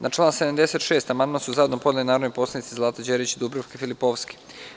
Na član 76. amandman su zajedno podneli narodni poslanici Zlata Đerić i Dubravka Filipovski.